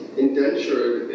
indentured